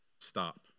Stop